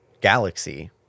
galaxy